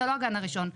זה לא הגן הראשון,